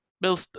Bill